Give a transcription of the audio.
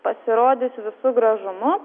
pasirodys visu gražumu